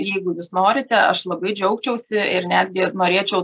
jeigu jūs norite aš labai džiaugčiausi ir netgi norėčiau